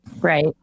Right